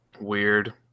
Weird